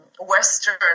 Western